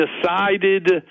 decided